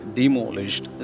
demolished